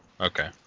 Okay